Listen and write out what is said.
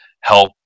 help